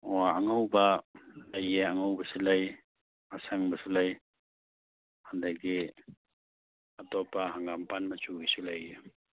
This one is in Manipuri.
ꯑꯣ ꯑꯉꯧꯕ ꯂꯩꯌꯦ ꯑꯉꯧꯕꯁꯨ ꯂꯩ ꯑꯁꯪꯕꯁꯨ ꯂꯩ ꯑꯗꯩꯒꯤ ꯑꯇꯣꯞꯄ ꯍꯪꯒꯝꯄꯥꯟ ꯃꯆꯨꯒꯤꯁꯨ ꯂꯩꯌꯦ